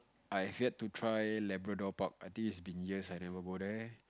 I had to try Labrador Park I think it's been years I never go there